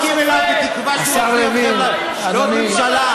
ואתם כולכם נדבקים אליו בתקווה שהוא יביא אתכם לעוד ממשלה.